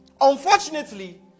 Unfortunately